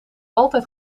altijd